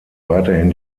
weiterhin